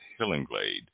hillinglade